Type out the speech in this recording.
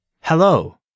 Hello